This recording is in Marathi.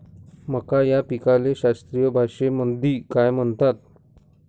मका या पिकाले शास्त्रीय भाषेमंदी काय म्हणतात?